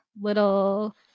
little